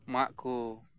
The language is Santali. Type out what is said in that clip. ᱢᱟᱜ ᱠᱚ